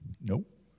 Nope